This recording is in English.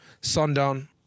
Sundown